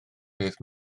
peth